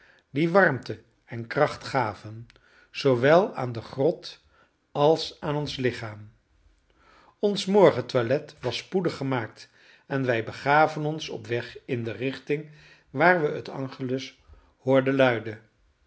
die warmte en kracht gaven zoowel aan de grot als aan ons lichaam ons morgen toilet was spoedig gemaakt en wij begaven ons op weg in de richting waar we het angelus hoorden luiden